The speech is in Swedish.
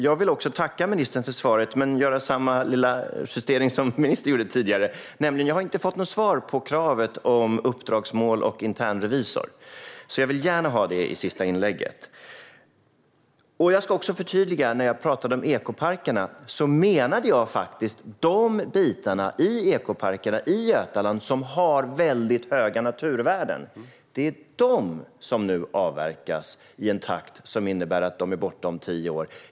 Jag vill tacka ministern för svaret men göra samma lilla justering som ministern gjorde tidigare, nämligen: Jag har inte fått något svar på frågan om uppdragsmål och internrevisor. Jag vill gärna ha det i sista inlägget. Jag ska också förtydliga att jag när jag talade om ekoparkerna faktiskt menade de bitar i ekoparkerna i Götaland som har väldigt höga naturvärden. Det är de som nu avverkas i en takt som innebär att de är borta om tio år.